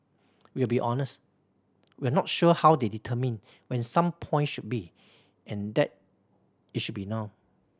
we'll be honest we're not sure how they determined when some point should be and that it should be now